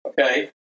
okay